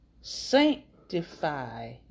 sanctify